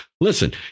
listen